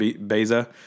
Beza